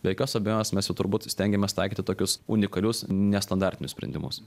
be jokios abejonės mes jau turbūt stengiamės taikyti tokius unikalius nestandartinius sprendimus